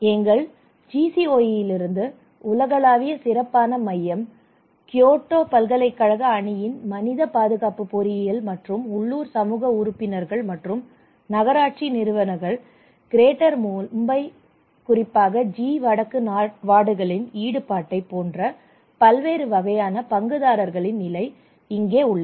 எங்கள் GCOEலிருந்து உலகளாவிய சிறப்பான மையம் கியோட்டோ பல்கலைக்கழக அணியின் மனித பாதுகாப்பு பொறியியல் மற்றும் உள்ளூர் சமூக உறுப்பினர்கள் மற்றும் நகராட்சி நிறுவனங்கள் கிரேட்டர் மும்பை குறிப்பாக ஜி வடக்கு வார்டுகளின் ஈடுபாட்டைப் போன்ற பல்வேறு வகையான பங்குதாரர்களின் நிலை இங்கே உள்ளது